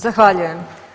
Zahvaljujem.